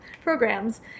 programs